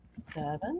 seven